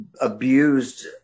abused